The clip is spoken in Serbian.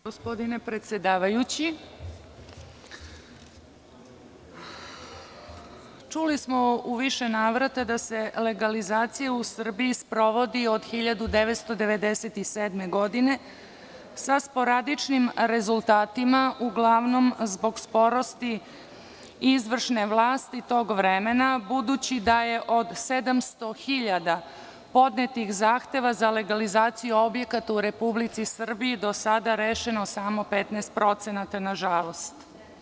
Poštovani predsedavajući, čuli smo u više navrata da se legalizacija u Srbiji sprovodi od 1997. godine sa sporadičnim rezultatima uglavnom zbog porast izvršne vlasti dugo vremena, budući da je od 700.000 podnetih zahteva za legalizaciju objekata u Republici Srbiji do sada rešeno samo 15% na žalost.